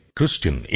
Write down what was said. Christian